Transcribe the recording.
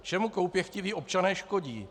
Čemu koupěchtiví občané škodí?